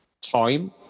time